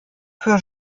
für